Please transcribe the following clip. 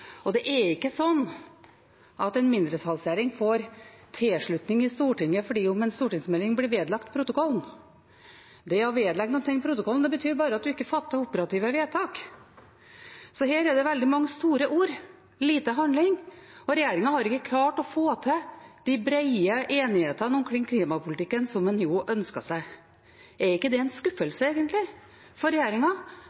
Det er ikke sånn at en mindretallsregjering får tilslutning i Stortinget fordi en stortingsmelding blir vedlagt protokollen. Det å legge noe ved protokollen betyr bare at man ikke fatter operative vedtak. Så her er det veldig mange store ord og lite handling. Regjeringen har ikke klart å få til den brede enigheten om klimapolitikken, som man jo ønsket seg. Er ikke det egentlig en